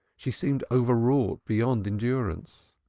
she seemed overwrought beyond endurance.